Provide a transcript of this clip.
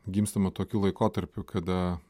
gimstama tokiu laikotarpiu kada